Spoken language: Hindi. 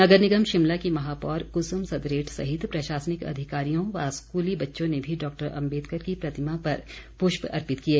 नगर निगम शिमला की महापौर कुसुम सदरेट सहित प्रशासनिक अधिकारियों व स्कूली बच्चों ने भी डॉक्टर अम्बेदकर की प्रतिमा पर पुष्प अर्पित किए